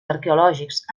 arqueològics